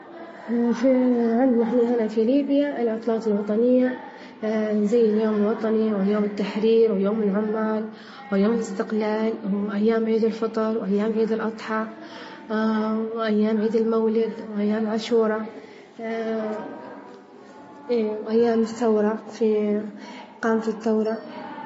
فا-في عندنا هنا في ليبيا العطلات الوطنية زي اليوم الوطني، ويوم التحرير، ويوم العمال، ويوم الاستقلال، وأيام عيد الفطر، وأيام عيد الأظحى وأيام عيد المولد، وأيام عاشوراء وأيام الثورة في إقامة الثورة.